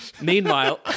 Meanwhile